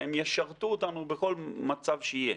שהן ישרתו אותנו בכל מצב שיהיה.